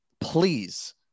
Please